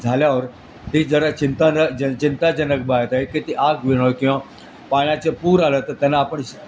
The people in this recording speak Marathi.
झाल्यावर ती जरा चिंतान ज चिंताजनक बाब आहे की ती आग विणोव किंवा पाण्याचे पूर आलं तर त्यांना आपण